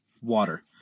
water